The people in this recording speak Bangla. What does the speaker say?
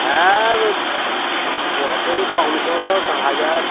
হ্যাঁ যতই কম করো হাজার